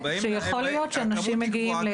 כן, שיכול להיות שאנשים מגיעים.